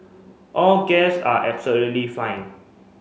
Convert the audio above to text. all guest are absolutely fine